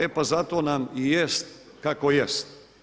E pa zato nam i jest kako jest.